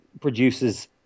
produces